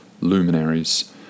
luminaries